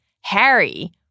Harry